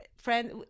friend